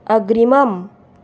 अग्रिमम्